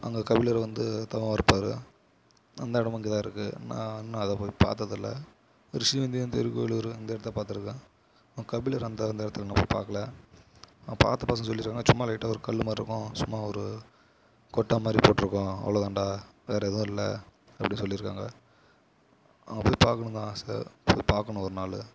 அங்கே கபிலர் வந்து தவம் இருப்பார் அந்த இடமும் இங்கே தான் இருக்குது நான் இன்னும் அதை போய் பார்த்ததில்ல ரிஷிவந்தியம் திருக்கோவிலூர் இந்த இடத்த பார்த்துருக்கேன் கபிலர் அந்த இருந்த இடத்துல இன்னும் போய் பார்க்கல பார்த்த பசங்கள் சொல்லியிருக்காங்க சும்மா லைட்டாக ஒரு கல் மாரிருக்கும் சும்மா ஒரு கொட்டாய் மாதிரி போட்டிருக்கும் அவ்வளோ தான்டா வேறு எதுவும் இல்லை அப்படி சொல்லியிருக்காங்க அங்கே போய் பார்க்கணுந்தான் ஆசை போய் பார்க்கணும் ஒரு நாள்